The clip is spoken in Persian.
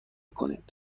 کنید